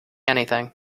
anything